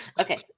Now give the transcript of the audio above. Okay